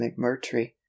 mcmurtry